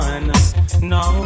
no